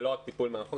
זה לא רק טיפול מרחוק.